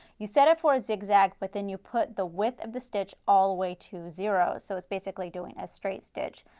you set it for a zigzag, but then you put the width of the stitch all the way to zero. so it's basically doing a straight stitch.